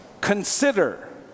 consider